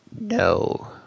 No